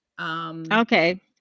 Okay